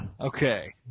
Okay